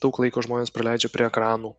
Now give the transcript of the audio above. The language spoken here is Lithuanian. daug laiko žmonės praleidžia prie ekranų